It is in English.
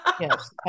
Yes